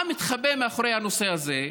מה מתחבא מאחורי הנושא הזה?